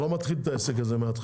אני לא מתחיל את העסק הזה מההתחלה.